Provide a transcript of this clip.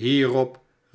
hierop